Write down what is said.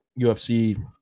UFC